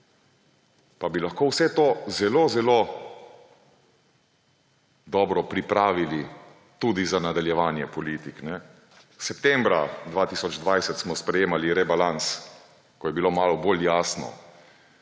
Pa bi lahko vse to zelo dobro pripravili tudi za nadaljevanje politik. Septembra 2020 smo sprejemali rebalans, ko je bilo malo bolj jasno,